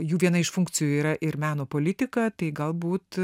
jų viena iš funkcijų yra ir meno politika tai galbūt